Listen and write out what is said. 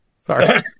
Sorry